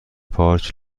پارچ